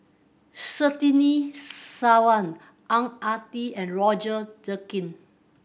Surtini Sarwan Ang Ah Tee and Roger Jenkin